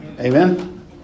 Amen